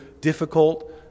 difficult